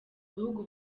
bihugu